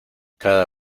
cada